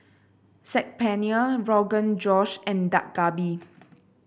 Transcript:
Saag Paneer Rogan Josh and Dak Galbi